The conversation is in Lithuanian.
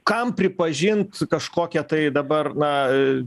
kam pripažint kažkokią tai dabar na